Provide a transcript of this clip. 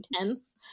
intense